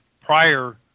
prior